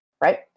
right